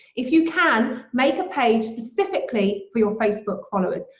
if you can, make a page specifically for your facebook followers.